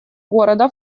города